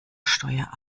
steuer